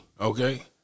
Okay